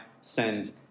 send